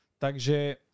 takže